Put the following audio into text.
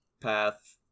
Path